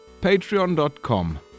patreon.com